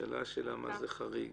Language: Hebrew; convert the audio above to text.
נשאלת השאלה מה זה תיקי פשע חריגים.